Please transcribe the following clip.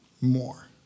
more